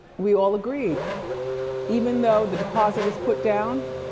we all agreed even though the deposit is put down,